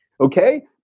Okay